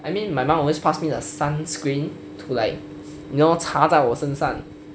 I mean my mum always pass me the sunscreen to like you know 擦在我身上